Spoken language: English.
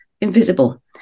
invisible